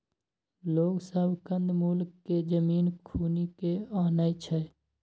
लोग सब कंद मूल केँ जमीन खुनि केँ आनय छै